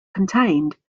contained